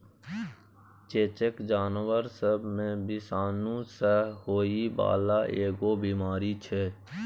चेचक जानबर सब मे विषाणु सँ होइ बाला एगो बीमारी छै